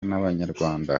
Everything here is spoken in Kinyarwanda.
n’abanyarwanda